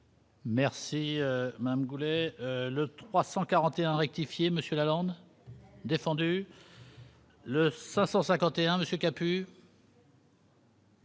Merci Madame Goulet, le 341 rectifier monsieur Lalonde défendue. Le 551 monsieur pu.